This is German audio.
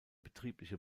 betriebliche